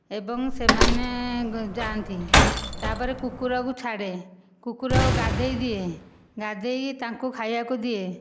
ଏବଂ ସେମାନେ ଯାଆନ୍ତି ତାପରେ କୁକୁରକୁ ଛାଡ଼େ କୁକୁର ଗାଧୋଇ ଦିଏ ଗାଧେଇ ତାଙ୍କୁ ଖାଇବାକୁ ଦିଏ